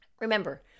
Remember